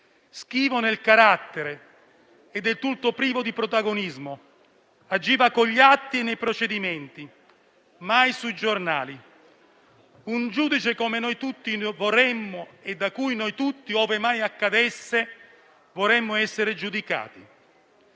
schivo nel carattere e del tutto privo di protagonismo, agiva con gli atti nei procedimenti, mai sui giornali. Un giudice come noi tutti vorremmo, e da cui noi tutti - ove mai accadesse - vorremmo essere giudicati.